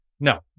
No